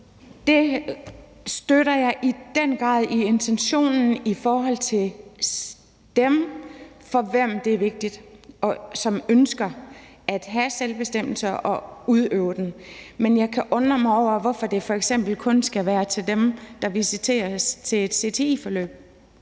Der støtter jeg i den grad intentionen i forhold til dem, for hvem det er vigtigt, og som ønsker at have selvbestemmelse og udøve den. Men jeg kan undre mig over, hvorfor det f.eks. kun skal være til dem, der visiteres til et CTI-forløb.